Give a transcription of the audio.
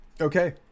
okay